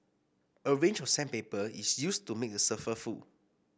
a range of sandpaper is used to make the surface